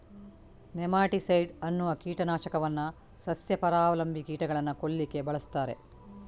nematicide ಅನ್ನುವ ಕೀಟ ನಾಶಕವನ್ನ ಸಸ್ಯ ಪರಾವಲಂಬಿ ಕೀಟಗಳನ್ನ ಕೊಲ್ಲಿಕ್ಕೆ ಬಳಸ್ತಾರೆ